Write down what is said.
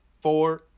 four